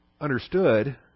understood